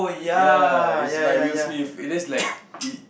ya it's by Will Smith it is like e~